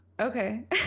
Okay